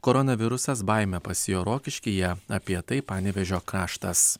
koronavirusas baimę pasėjo rokiškyje apie tai panevėžio kraštas